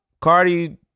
Cardi